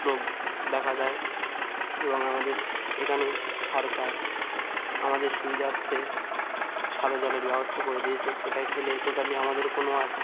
রোগ দেখা দেয় এবং আমাদের এখানে সরকার আমাদের সুবিধার্থে সাদা জলের ব্যবস্থা করে দিয়েছে সেটা খেলে টোটালি আমাদের কোনো আর